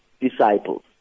disciples